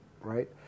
right